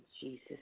Jesus